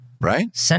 Right